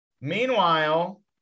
meanwhile